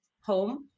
home